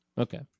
Okay